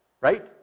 Right